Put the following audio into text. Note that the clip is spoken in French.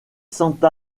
santa